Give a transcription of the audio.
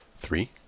Three